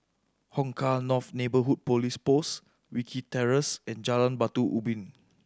Hong Kah North Neighbourhood Police Post Wilkie Terrace and Jalan Batu Ubin